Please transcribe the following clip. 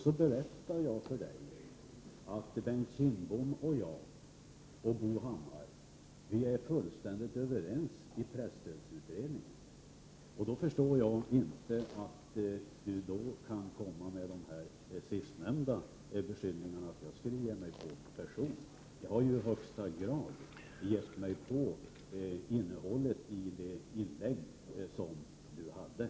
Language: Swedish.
Så berättar jag för Hans Leghammar att Bengt Kindbom, jag och Bo Hammar är fullständigt överens i presstödsutredningen. Då förstår jag inte att Hans Leghammar kan komma med de här senaste beskyllningarna — att jag skulle ge mig på person. Jag har ju i högsta grad gett mig på innehållet i Hans Leghammars inlägg.